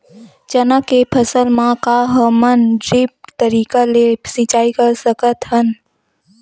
चना के फसल म का हमन ड्रिप तरीका ले सिचाई कर सकत हन?